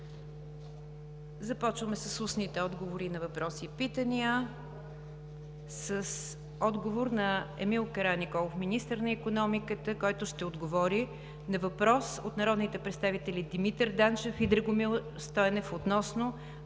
Започваме с устните отговори на въпроси и питания, с отговора на Емил Караниколов – министър на икономиката, който ще отговори на въпрос от народните представители Димитър Данчев и Драгомир Стойнев относно